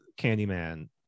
Candyman